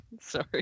Sorry